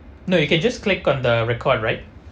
no you can just click on the record right